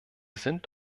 sind